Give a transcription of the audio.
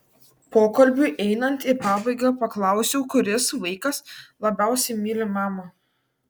pokalbiui einant į pabaigą paklausiau kuris vaikas labiausiai myli mamą